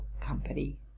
company